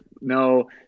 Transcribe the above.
no